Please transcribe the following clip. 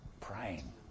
praying